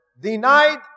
Denied